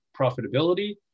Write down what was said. profitability